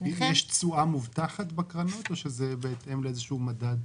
יש תשואה מובטחת בקרנות או שזה בהתאם לאיזה שהוא מדד?